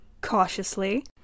cautiously